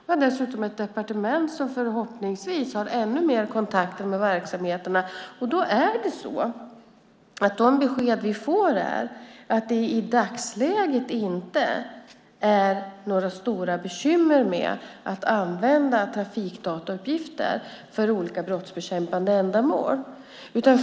Jag har dessutom ett departement som förhoppningsvis har ännu mer kontakter med verksamheterna, och de besked vi får är att det i dagsläget inte är några stora bekymmer med att använda trafikdatauppgifter för olika brottsbekämpande ändamål.